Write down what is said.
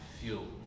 fuel